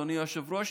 אדוני היושב-ראש.